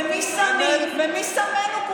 מי שמך ומי שמי ומי שמנו,